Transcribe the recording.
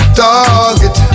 target